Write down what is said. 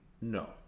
No